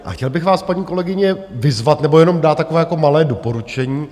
A chtěl bych vás, paní kolegyně, vyzvat, nebo jenom dát takové malé doporučení.